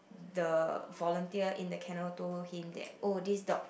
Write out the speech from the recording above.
the volunteer in the kennel told him that oh this dog